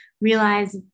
realize